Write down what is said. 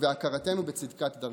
ובהכרתנו בצדקת דרכנו.